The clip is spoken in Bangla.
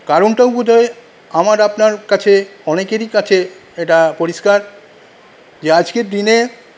কারণটাও বোধহয় আমার আপনার কাছে অনেকেরই কাছে এটা পরিষ্কার যে আজকের দিনে